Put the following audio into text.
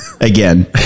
Again